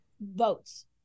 votes